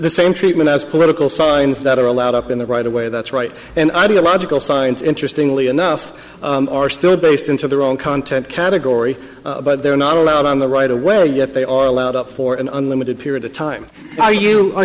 the same treatment as political signs that are allowed up in the right away that's right and ideological signs interestingly enough are still based into their own content category but they're not allowed on the right away yet they are allowed up for an unlimited period of time where you are